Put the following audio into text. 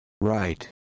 Right